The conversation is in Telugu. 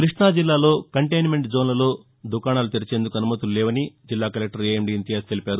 క్బష్టుజిల్లాలో కంబైన్మెంట్ జోన్లలో దుకాణాలు తెరిచేందుకు అనుమతులు లేవని జిల్లా కలెక్షర్ ఎఎండి ఇంతియాజ్ తెలిపారు